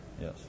Yes